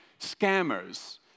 scammers